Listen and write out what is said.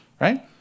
right